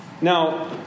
Now